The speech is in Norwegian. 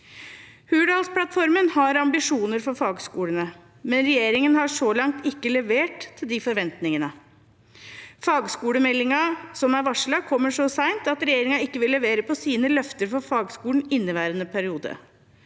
Hurdalsplattformen har ambisjoner for fagskolene, men regjeringen har så langt ikke levert til forventningene. Fagskolemeldingen som er varslet, kommer så sent at regjeringen ikke vil levere på sine løfter for fagskolene i inneværende periode.